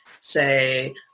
say